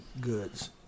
goods